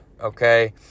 okay